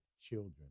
children